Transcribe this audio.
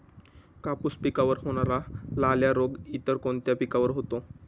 कापूस पिकावर होणारा लाल्या रोग इतर कोणत्या पिकावर होतो?